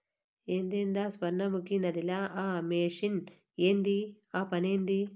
ఏందద సొర్ణముఖి నదిల ఆ మెషిన్ ఏంది ఆ పనేంది